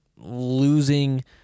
losing